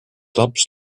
laps